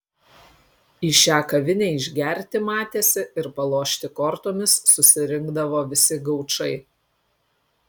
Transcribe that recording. į šią kavinę išgerti matėsi ir palošti kortomis susirinkdavo visi gaučai